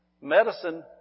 Medicine